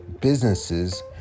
businesses